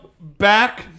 back